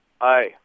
Hi